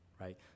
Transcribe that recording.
right